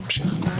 בבקשה.